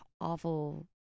awful